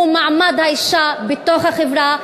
במעמד האישה בחברה.